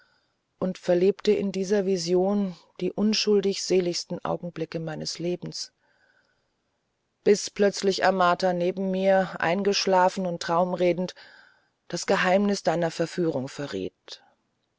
und verlebte in dieser vision die unschuldig seligsten augenblicke meines lebens bis plötzlich amagata neben mir eingeschlafen und traumredend das geheimnis deiner verführung verriet